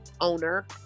owner